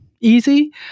easy